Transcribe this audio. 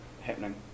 happening